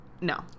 No